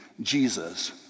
Jesus